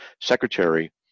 secretary